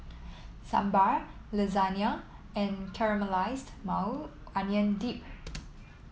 Sambar Lasagna and Caramelized Maui Onion Dip